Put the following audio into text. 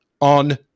on